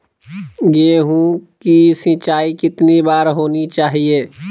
गेहु की सिंचाई कितनी बार होनी चाहिए?